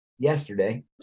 Yesterday